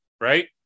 Right